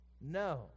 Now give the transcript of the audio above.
No